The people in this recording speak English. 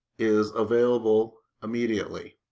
is available immediately